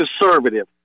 conservative